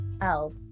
else